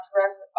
dress